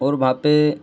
ओर वहाँ पर